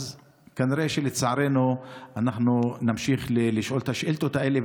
אז כנראה שלצערנו אנחנו נמשיך לשאול את השאילתות האלה,